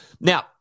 Now